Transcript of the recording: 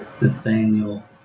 Nathaniel